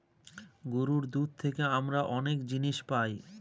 গরুর দুধ থেকে আমরা অনেক জিনিস পায়